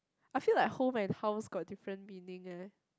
I feel like home and house got different meaning eh